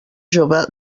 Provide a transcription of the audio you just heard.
jove